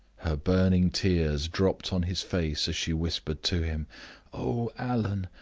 her burning tears dropped on his face as she whispered to him oh, allan,